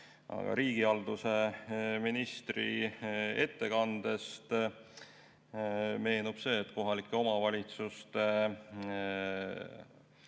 riigihalduse ministri ettekandest meenub see, et kohalike omavalitsuste